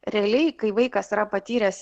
realiai kai vaikas yra patyręs